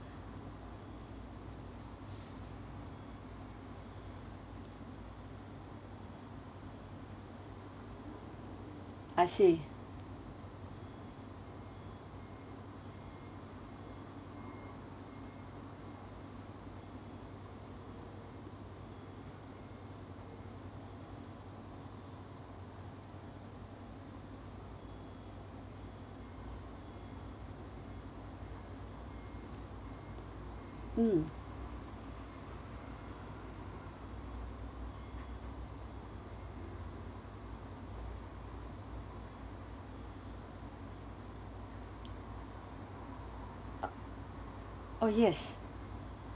I see mm uh oh yes